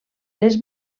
les